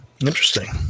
Interesting